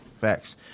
Facts